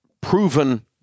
proven